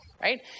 right